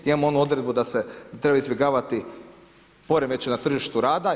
Imamo onu odredbu da se treba izbjegavati poremećaj na tržištu rada.